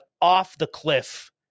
off-the-cliff